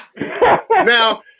Now